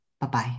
Bye-bye